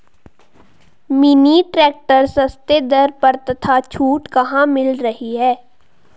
Mini tractor सस्ते दर पर तथा छूट कहाँ मिल रही है?